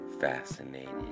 fascinated